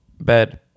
Bed